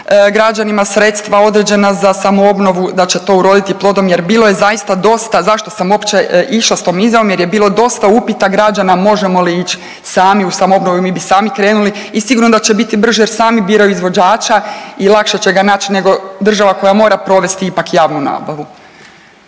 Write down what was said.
građanima sredstva određena za samoobnovu, da će to uroditi plodom jer bilo je zaista dosta, zašto sam uopće išla s tom izjavom, jer je bilo dosta upita građana možemo li ić sami u samoobnovu i mi bi sami krenuli i sigurno da će biti brže jer sami biraju izvođača i lakše će ga nać nego država koja mora provesti ipak javnu nabavu.